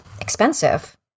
expensive